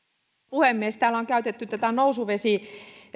puhemies täällä on käytetty tätä nousuvesi